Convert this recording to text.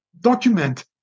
document